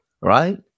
right